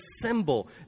assemble